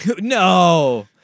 no